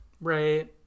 Right